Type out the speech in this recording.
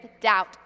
doubt